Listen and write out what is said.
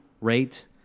rate